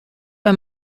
bei